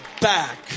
back